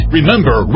Remember